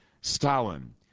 Stalin